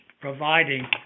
providing